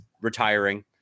retiring